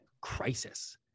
crisis